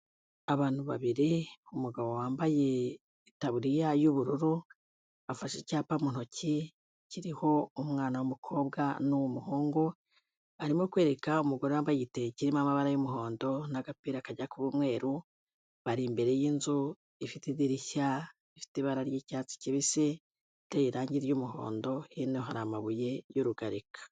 Abantu babiri, umugabo wambaye itaburiya y'ubururu, afashe icyapa mu ntoki kiriho umwana w'umukobwa n'umuhungu, arimo kwereka umugore wambaye igiteke kirimo amabara y'umuhondo n'agapira kajya kuba umweru, bari imbere y'inzu ifite idirishya rifite ibara ry'icyatsi kibisi, iteye irangi ry'umuhondo hino hari amabuye y'urugarika.